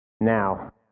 Now